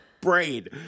braid